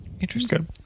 Interesting